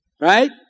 Right